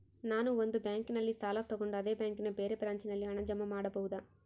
ನಾನು ಒಂದು ಬ್ಯಾಂಕಿನಲ್ಲಿ ಸಾಲ ತಗೊಂಡು ಅದೇ ಬ್ಯಾಂಕಿನ ಬೇರೆ ಬ್ರಾಂಚಿನಲ್ಲಿ ಹಣ ಜಮಾ ಮಾಡಬೋದ?